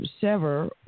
sever